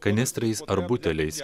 kanistrais ar buteliais